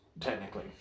technically